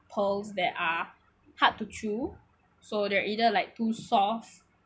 pearls that are hard to chew so they're either like too soft